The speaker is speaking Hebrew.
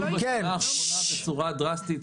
עלה בשנה האחרונה בצורה דרסטית.